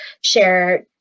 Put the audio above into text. share